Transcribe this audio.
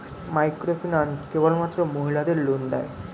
Microfinance কেবলমাত্র মহিলাদের loan দেয়?